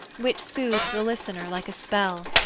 which soothed the listener like a spell.